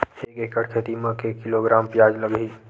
एक एकड़ खेती म के किलोग्राम प्याज लग ही?